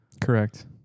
Correct